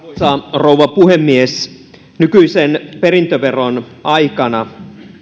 rouva puhemies nykyisen perintöveron aikana